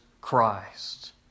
Christ